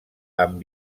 amb